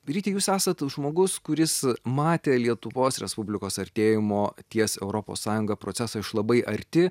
ryti jūs esate žmogus kuris matė lietuvos respublikos artėjimo ties europos sąjunga procesą iš labai arti